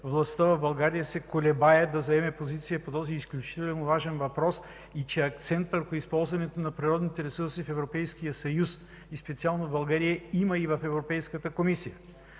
властта в България се колебае да заеме позиция по този изключително важен въпрос, че акцент върху използването на природните ресурси в Европейския съюз и специално България има и в Европейската комисия.